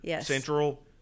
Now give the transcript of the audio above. Central